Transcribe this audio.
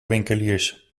winkeliers